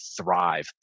thrive